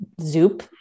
Zoop